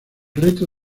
reto